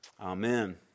Amen